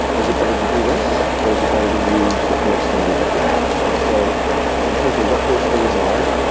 is it better to do this, or is it better to use the current standard that we have? and so in terms of what those things are,